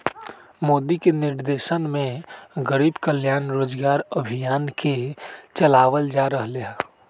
मोदी के निर्देशन में गरीब कल्याण रोजगार अभियान के चलावल जा रहले है